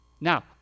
Now